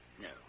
No